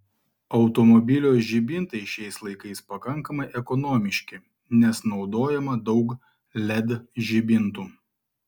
automobilio žibintai šiais laikais pakankamai ekonomiški nes naudojama daug led žibintų